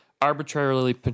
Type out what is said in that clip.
arbitrarily